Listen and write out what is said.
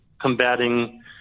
Combating